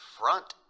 front